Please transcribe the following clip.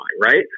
right